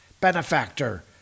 benefactor